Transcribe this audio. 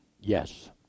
Yes